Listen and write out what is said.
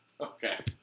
Okay